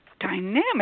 dynamic